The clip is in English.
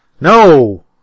No